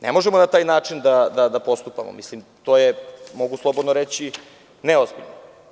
Ne možemo na taj način da postupamo, to je, mogu slobodno reći - neozbiljno.